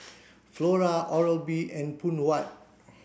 Flora Oral B and Phoon White